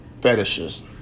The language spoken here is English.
fetishes